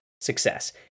success